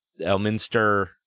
Elminster